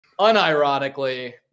Unironically